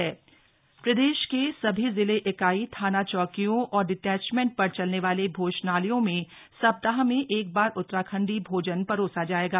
उतराखंड का भोजन प्रदेश के सभी जिले इकाई थानाचौंकियों और डिटैचमैन्ट पर चलने वाले भोजनालयों में सप्ताह में एक बार उत्तराखण्डी भोजन परोसा जाएगा